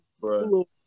bro